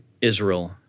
Israel